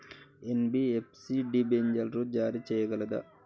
NBFC డిబెంచర్లు జారీ చేయగలదా?